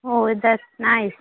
oh that's nice